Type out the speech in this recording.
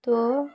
তো